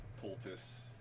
poultice